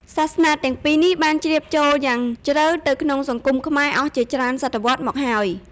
សាសនាទាំងពីរនេះបានជ្រាបចូលយ៉ាងជ្រៅទៅក្នុងសង្គមខ្មែរអស់ជាច្រើនសតវត្សមកហើយ។